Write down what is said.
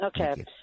Okay